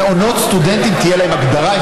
למעונות סטודנטים תהיה הגדרה.